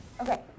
Okay